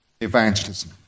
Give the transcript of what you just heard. evangelism